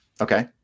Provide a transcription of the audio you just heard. okay